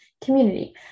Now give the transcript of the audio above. community